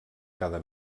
cada